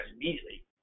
immediately